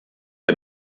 der